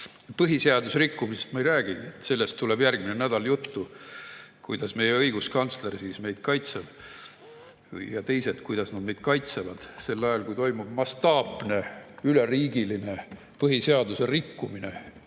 Põhiseaduse rikkumisest ma ei räägigi, sellest tuleb järgmine nädal juttu, kuidas meie õiguskantsler siis meid kaitseb ja kuidas teised meid kaitsevad sel ajal, kui toimub mastaapne üleriigiline põhiseaduse rikkumine,